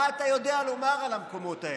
מה אתה יודע לומר על המקומות האלה?